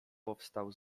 powstał